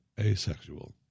asexual